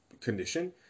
condition